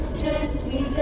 gently